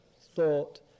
thought